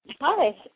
Hi